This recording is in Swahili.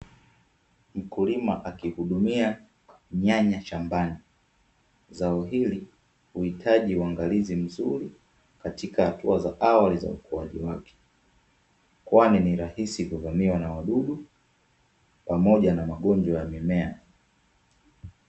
Mkulima akihudumia nyanya shambani, zao hili huhitaji uangalizi mzuri katika hatua za awali za ukuaji wake kwani ni rahisi kuvamiwa na wadudu pamoja na magonjwa ya mimea.